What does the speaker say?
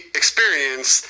experience